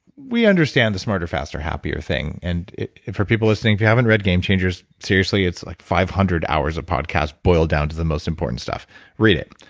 we understand the smarter, faster, happier thing. and for people listening, if you haven't read game changers, seriously it's five hundred hours of podcast boiled down to the most important stuff read it.